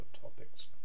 topics